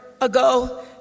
ago